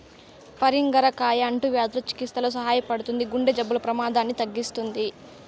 పరింగర కాయ అంటువ్యాధుల చికిత్సలో సహాయపడుతుంది, గుండె జబ్బుల ప్రమాదాన్ని తగ్గిస్తుంది